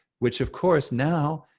which of course now,